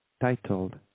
titled